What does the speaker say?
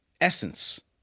essence